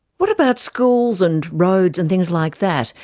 what about schools and roads and things like that?